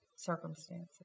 circumstances